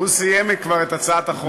הוא סיים כבר את הצעת החוק.